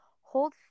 Hold